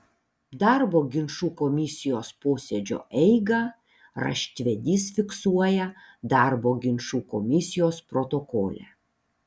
darbo ginčų komisijos posėdžio eigą raštvedys fiksuoja darbo ginčų komisijos protokole